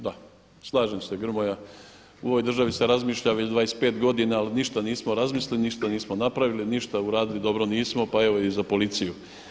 Da, slažem se Grmoja u ovoj državi se razmišlja već 25 godina ali ništa nismo razmislili, ništa nismo napravili, ništa dobro uradili nismo pa evo i za policiju.